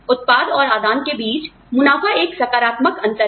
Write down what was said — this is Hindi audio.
उत्पाद और आदान के बीच मुनाफा एक सकारात्मक अंतर है